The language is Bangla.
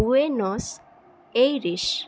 Buenos iris